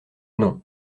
non